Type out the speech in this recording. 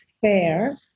fair